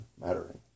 mattering